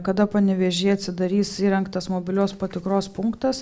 kada panevėžyje atsidarys įrengtas mobilios patikros punktas